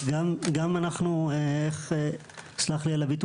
גם גם אנחנו איך סלח לי על הביטוי